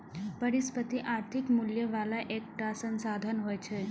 परिसंपत्ति आर्थिक मूल्य बला एकटा संसाधन होइ छै